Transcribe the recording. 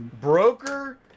Broker